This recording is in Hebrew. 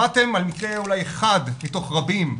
שמעתם על מקרה אולי אחד מתוך רבים.